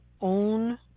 own